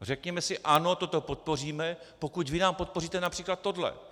Řekněme si ano, toto podpoříme, pokud vy nám podpoříte například tohle.